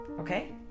Okay